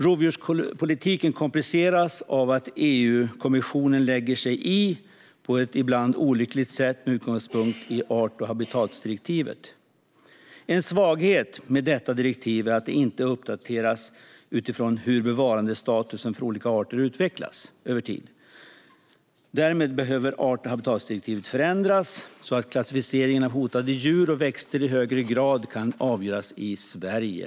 Rovdjurspolitiken kompliceras av att EU-kommissionen ibland lägger sig i på ett olyckligt sätt med utgångspunkt i art och habitatdirektivet. En svaghet med detta direktiv är att det inte uppdateras utifrån hur bevarandestatusen för olika arter utvecklas över tid. Därmed behöver art och habitatdirektivet förändras, så att klassificeringen av hotade djur och växter i högre grad kan avgöras i Sverige.